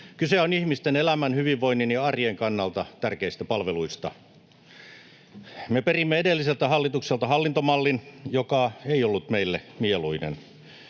Kyse on ihmisten elämän, hyvinvoinnin ja arjen kannalta tärkeistä palveluista. Me perimme edelliseltä hallitukselta hallintomallin, joka ei ollut meille mieluinen.